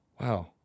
wow